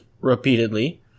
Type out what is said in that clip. repeatedly